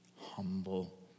humble